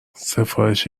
سفارش